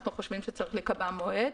אנחנו חושבים שצריך להיקבע מועד.